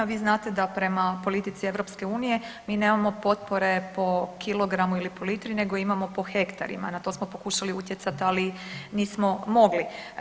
Vi znate da prema politici EU mi nemamo potpore po kilogramu ili po litri nego imamo po hektarima, na to smo pokušali utjecati, ali nismo mogli.